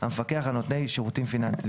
המפקח על נותני שירותים פיננסיים,